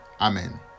amen